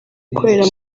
gukorera